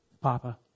Papa